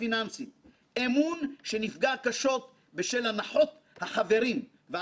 אמון שיוּשב רק בעזרת הרתעה רגולטורית אפקטיבית.